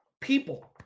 People